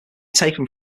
taken